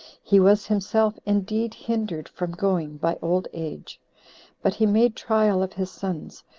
he was himself indeed hindered from going by old age but he made trial of his sons,